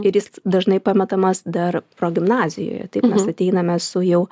ir jis dažnai pametamas dar progimnazijoje taip mes ateiname su jau